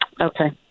Okay